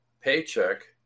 paycheck